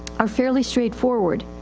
are fairly straight forward.